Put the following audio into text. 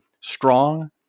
strong